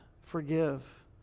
forgive